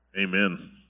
Amen